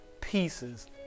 pieces